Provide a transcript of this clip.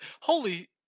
holy